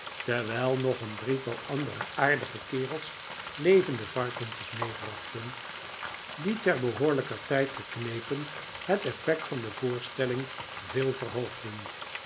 terwijl nog een drietal andere aardige kerels levende varkentjes meebrachten die ter behoorlijker tijd geknepen het effect van de voorstelling veel verhoogden